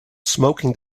smoking